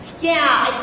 yeah,